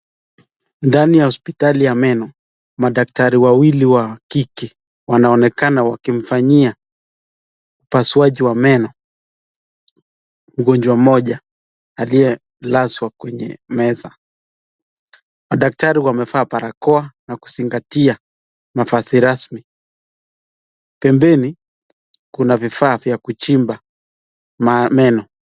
Ndani ya hospitali ya meno, madaktari wawili wa kike wanaonekana wakimfanyia upasuaji wa meno mgonjwa mmoja aliyelazwa kwenye meza. Madaktari wamevaa barakoa na kuzingatia mavazi rasmi. Pembeni kuna vifaa vya kuchimba meno.